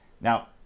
Now